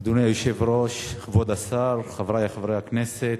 אדוני היושב-ראש, כבוד השר, חברי חברי הכנסת,